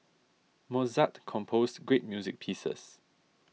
Mozart composed great music pieces